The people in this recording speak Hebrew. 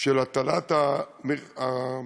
של הטלת המחיר